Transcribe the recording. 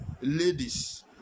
ladies